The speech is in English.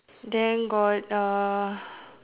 then got